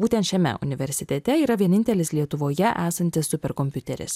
būtent šiame universitete yra vienintelis lietuvoje esantis superkompiuteris